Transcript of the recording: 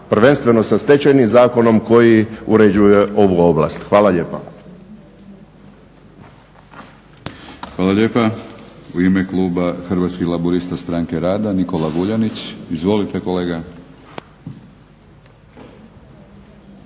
prvenstveno sa stečajnim zakonom koji uređuje ovu oblast. Hvala lijepa. **Batinić, Milorad (HNS)** Hvala lijepa. U ime kluba Hrvatskih laburista-Stranke rada Nikola Vuljanić. Izvolite kolega.